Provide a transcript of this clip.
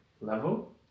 level